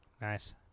Nice